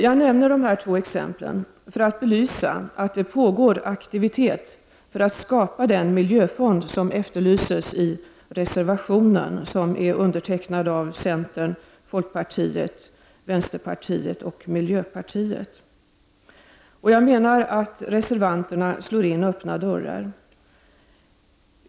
Jag nämner de här två exemplen för att belysa att det pågår aktivitet för att skapa den miljöfond som efterlyses i reservationen som undertecknats av centern, folkpartiet, vänsterpartiet och miljöpartiet. Jag menar att reservanterna slår in öppna dörrar.